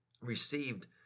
received